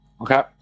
Okay